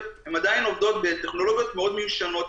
עדיין עובדות בטכנולוגיות מאוד מיושנות,